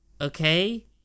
okay